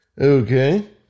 okay